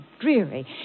dreary